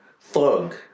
thug